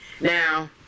Now